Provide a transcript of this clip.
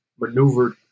maneuvered